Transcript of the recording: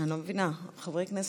אני לא מבינה, חברי כנסת,